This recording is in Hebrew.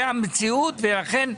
זה המציאות ולכן,